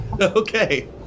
Okay